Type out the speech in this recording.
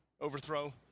Overthrow